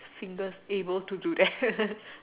singles able to do that